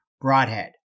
Broadhead